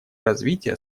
развития